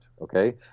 okay